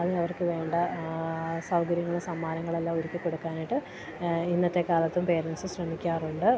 അതിനവർക്ക് വേണ്ട സൗകര്യങ്ങളും സമ്മാനങ്ങളുമെല്ലാം ഒരുക്കി കൊടുക്കാനായിട്ട് ഇന്നത്തെക്കാലത്തും പേരൻസ്സ് ശ്രമിക്കാറുണ്ട്